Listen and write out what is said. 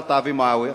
ברטעה ומועאוויה,